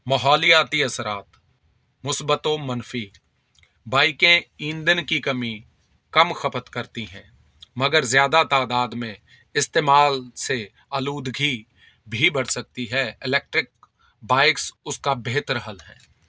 ماحولیاتی اثرات مثبت و منفی بائکیں ایندن کی کمی کم خپت کرتی ہیں مگر زیادہ تعداد میں استعمال سے آلودگی بھی بڑھ سکتی ہے الیکٹرک بائکس اس کا بہتر حل ہے